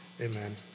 Amen